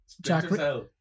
Jack